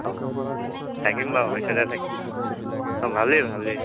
হ'ব হ'ব থাকিম বাৰু অফিচতে থাকিম অঁ ভালেই ভালেই